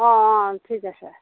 অঁ অঁ ঠিক আছে